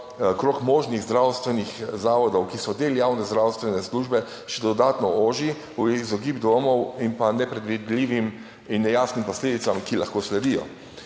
krog možnih zdravstvenih zavodov, ki so del javne zdravstvene službe, še dodatno oži v izogib dvomov in pa nepredvidljivim in nejasnim posledicam, ki lahko sledijo.